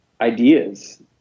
ideas